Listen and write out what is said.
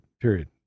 period